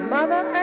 Mother